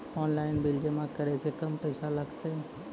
Online bill जमा करै से कम पैसा लागतै?